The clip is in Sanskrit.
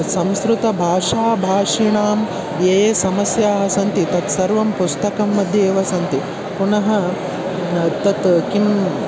संस्कृतभाषाभाषिणां ये समस्याः सन्ति तत् सर्वं पुस्तकं मध्ये एव सन्ति पुनः तत् किम्